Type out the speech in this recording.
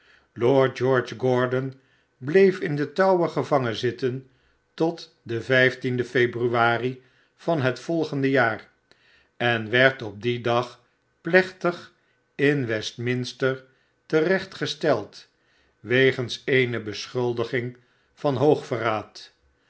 lord george gordon bleef in den tower gevangen zitten tot den vijfden februari van het volgende jaar en werd op dien dag plechtig in westminster te recht gesteld wegens eene beschuldiging van